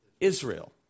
Israel